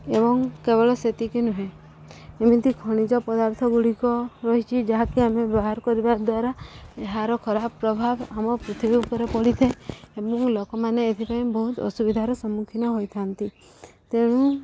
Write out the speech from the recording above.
ଏବଂ କେବଳ ସେତିକି ନୁହେଁ ଏମିତି ଖଣିଜ ପଦାର୍ଥ ଗୁଡ଼ିକ ରହିଛି ଯାହାକି ଆମେ ବ୍ୟବହାର କରିବା ଦ୍ୱାରା ଏହାର ଖରାପ ପ୍ରଭାବ ଆମ ପୃଥିବୀ ଉପରେ ପଡ଼ିଥାଏ ଏବଂ ଲୋକମାନେ ଏଥିପାଇଁ ବହୁତ ଅସୁବିଧାର ସମ୍ମୁଖୀନ ହୋଇଥାନ୍ତି ତେଣୁ